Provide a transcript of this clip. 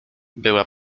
była